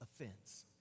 offense